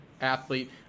athlete